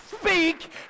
speak